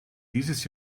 dieses